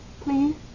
please